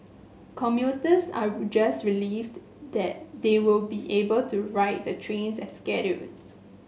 commuters are just relieved that they were be able to ride the trains as scheduled